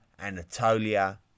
Anatolia